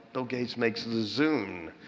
bill gates makes the zune.